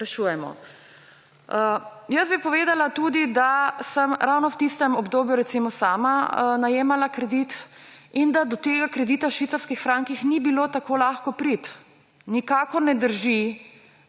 rešujemo. Povedala bi tudi, da sem ravno v tistem obdobju, recimo, sama najemala kredit in da do tega kredita v švicarskih frankih ni bilo tako lahko priti. Nikakor ne držijo